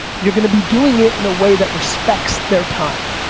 you're gonna be doing it in a way that respects their time.